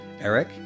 Eric